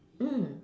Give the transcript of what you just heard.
mm